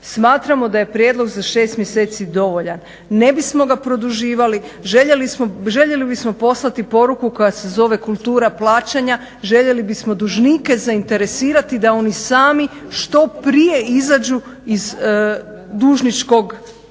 Smatramo da je prijedlog za 6 mjeseci dovoljan. Ne bismo ga produživali, željeli bismo poslati poruku koja se zove kultura plaćanja, željeli bismo dužnike zainteresirati da oni sami što prije izađu iz dužničkog položaja